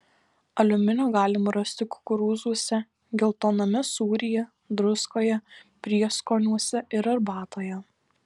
aliuminio galima rasti kukurūzuose geltoname sūryje druskoje prieskoniuose ir arbatoje